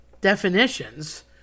definitions